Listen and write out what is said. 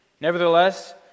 Nevertheless